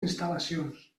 instal·lacions